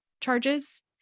charges